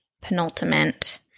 penultimate